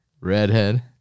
Redhead